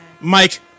Mike